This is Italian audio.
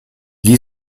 gli